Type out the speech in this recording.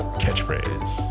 Catchphrase